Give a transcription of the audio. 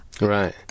right